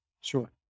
Sure